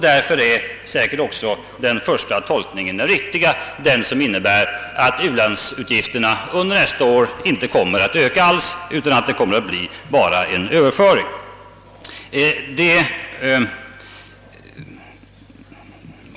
Därför är säkert också den första tolkningen den riktiga, den som innebär att u-landsutgifterna under nästa år inte kommer att öka alls utan "att det bara kommer att bli fråga om en överföring av medel.